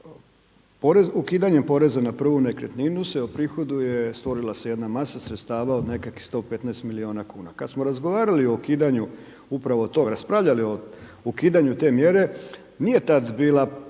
ukidanjem poreza na prvu nekretninu se oprihoduje, stvorila se jedna masa sredstava od nekakvim 115 milijuna kuna. Kada smo razgovarali o ukidanju upravo tog, raspravljali o ukidanju te mjere nije tada bila